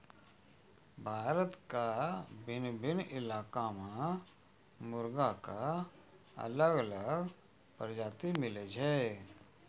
भारत के भिन्न भिन्न इलाका मॅ मुर्गा के अलग अलग प्रजाति मिलै छै